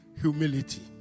Humility